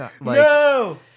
No